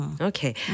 Okay